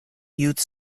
youth